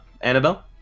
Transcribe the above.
Annabelle